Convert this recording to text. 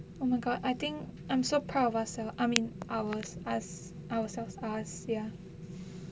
oh my god I think I'm so proud of ourselves I mean ours us ourselves us ya